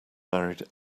married